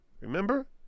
Remember